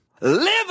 Live